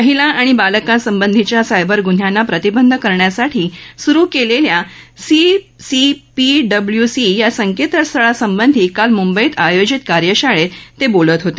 महिला आणि बालकांसंबंधीच्या सायबर गुन्ह्यांना प्रतिबंध करण्यासाठी सुरू केलेल्या सीसीपीडब्ल्यूसी या संकेतस्थळासंबंधी काल मुंबईत आयोजित कार्यशाळेत ते काल बोलत होते